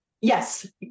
Yes